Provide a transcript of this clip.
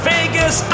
Vegas